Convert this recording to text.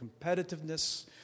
competitiveness